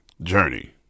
journey